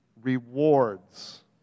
Rewards